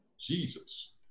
Jesus